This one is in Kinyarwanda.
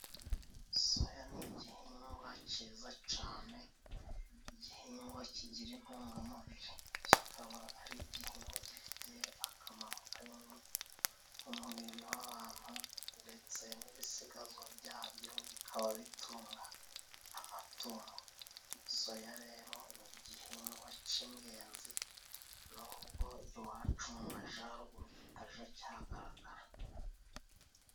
Soya ni igihingwa cyiza cyane, igihingwa kigira intungamubiri, kikaba ari igihingwa gifitiye akamaro k'umubiri w'abantu, ndetse n'ibisigazwa byabyo bikaba bitunga amatungo, soya rero ni igihingwa cy'ingenzi, nubwo iwacu mumajyaruguru cyitajya cyihagaragara.